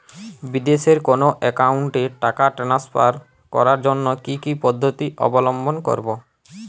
বিদেশের কোনো অ্যাকাউন্টে টাকা ট্রান্সফার করার জন্য কী কী পদ্ধতি অবলম্বন করব?